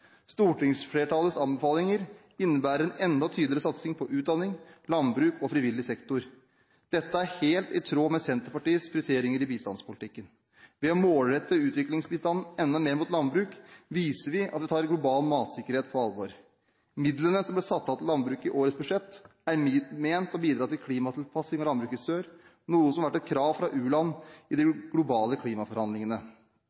Stortingsflertallets anbefalinger innebærer en enda tydeligere satsing på utdanning, landbruk og frivillig sektor. Dette er helt i tråd med Senterpartiets prioriteringer i bistandspolitikken. Ved å målrette utviklingsbistanden enda mer mot landbruk, viser vi at vi tar global matsikkerhet på alvor. Midlene som ble satt av til landbruk i årets budsjett, er ment å bidra til klimatilpasning av landbruk i sør, noe som har vært et krav fra uland i de